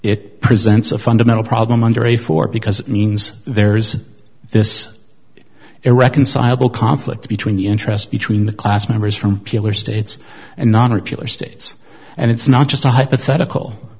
it presents a fundamental problem under a four because it means there's this irreconcilable conflict between the interest between the class members from pillar states and non repeal or states and it's not just a hypothetical